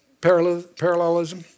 parallelism